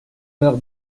leur